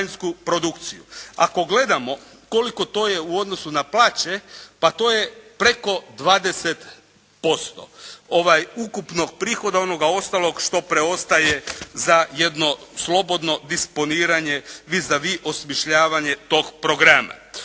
Ako gledamo koliko to je u odnosu na plaće, pa to je preko 20% ukupnog prihoda onoga ostalog što preostaje za jedno slobodno disponiranje vis a vis osmišljavanje tog programa.